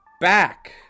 back